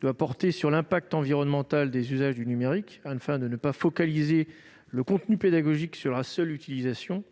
doit porter sur l'impact environnemental des usages du numérique, afin de ne pas focaliser le contenu pédagogique sur la seule utilisation,